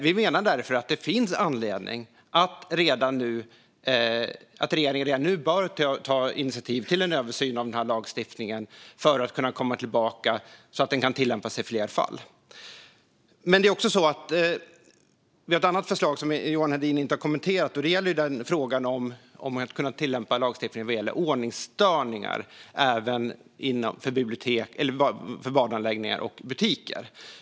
Vi menar därför att det finns anledning för regeringen att redan nu ta initiativ till en översyn av denna lagstiftning så att den ska kunna tillämpas i fler fall. Johan Hedin kommenterade inte frågan om att kunna tillämpa lagstiftningen om ordningsstörningar även på badanläggningar och butiker.